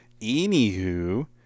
Anywho